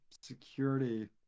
security